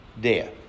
death